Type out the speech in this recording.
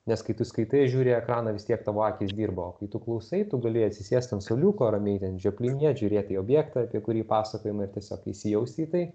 nes kai tu skaitai žiūri į ekraną vis tiek tavo akys dirbo o kai tu klausai tu gali atsisėst ant suoliuko ramiai ten žioplinėt žiūrėti į objektą apie kurį pasakojama ir tiesiog įsijausti į tai